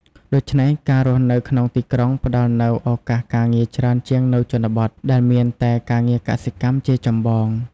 ដូច្នេះ ការរស់នៅក្នុងទីក្រុងផ្ដល់នូវឱកាសការងារច្រើនជាងនៅជនបទ ដែលមានតែការងារកសិកម្មជាចម្បង។